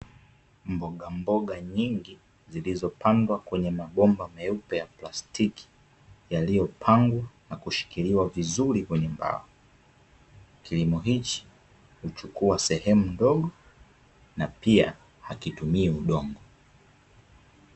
Mbogamboga nyingi zilizopandwa kwenye mabomba meupe ya plastiki yaliyopangwa na kushikiliwa vizuri kwenye mbao, kilimo hichi huchukua sehemu ndogo na pia hakitumii udongo .